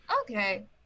okay